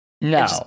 No